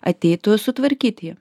ateitų sutvarkyti